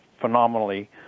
phenomenally